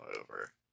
over